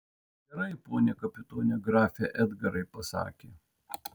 gerai pone kapitone grafe edgarai pasakė